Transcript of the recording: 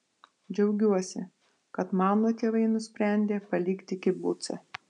džiaugiuosi kad mano tėvai nusprendė palikti kibucą